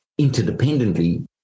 interdependently